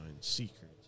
secret